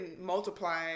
multiply